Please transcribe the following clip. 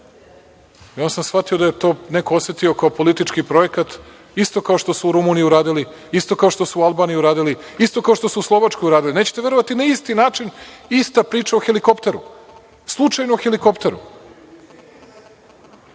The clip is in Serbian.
onda sam shvatio da je to neko osetio kao politički projekat isto kao što su u Rumuniji radili, isto kao što su i u Albaniji radili, isto kao što su u Slovačkoj radili. Nećete verovati, na isti način ista priča o helikopteru, slučajno helikopteru.